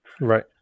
Right